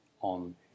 on